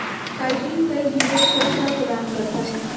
chitin कई जीवों को सुरक्षा प्रदान करता है